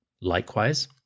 Likewise